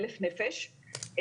אלף נפש,